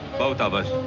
both of us.